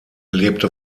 lebte